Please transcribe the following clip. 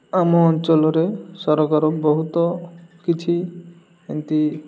ଆମ ଅଞ୍ଚଳରେ ସରକାର ବହୁତ କିଛି ଏମିତି